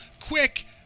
quick